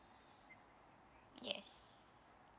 yes